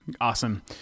Awesome